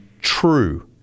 True